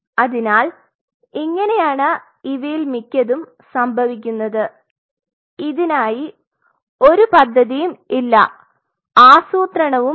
അതിനാൽ ഇങ്ങനെയാണ് ഇവയിൽ മിക്കതും സംഭവിക്കുന്നത് ഇതിനായി ഒരു പദ്ധതിയും ഇല്ല ആസൂത്രണവുമില്ല